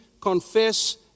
confess